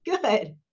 Good